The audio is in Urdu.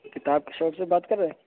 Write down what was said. کتاب شاپ سے بات کر رہے ہیں